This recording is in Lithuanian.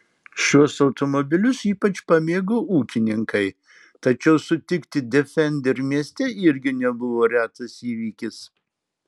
šiuos automobilius ypač pamėgo ūkininkai tačiau sutikti defender mieste irgi nebuvo retas įvykis